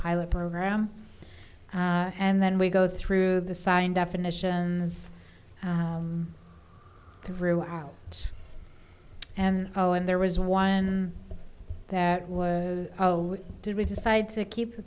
pilot program and then we go through the sign definitions throughout it's and oh and there was one that was oh did we decide to keep